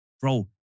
Bro